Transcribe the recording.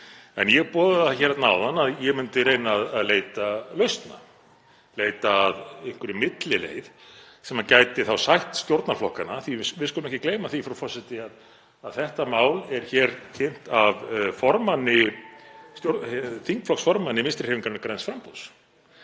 En ég boðaði það hérna áðan að ég myndi reyna að leita lausna, leita að einhverri millileið sem gæti þá sætt stjórnarflokkana. Við skulum ekki gleyma því, frú forseti, að þetta mál er hér kynnt af þingflokksformanni Vinstrihreyfingarinnar – græns framboðs,